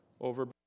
over